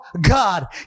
god